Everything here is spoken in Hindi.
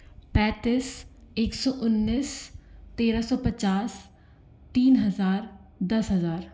पैंतीस एक सौ उन्नीस तेरह सौ पचास तीन हज़ार दस हज़ार